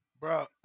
Bro